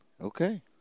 Okay